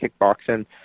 kickboxing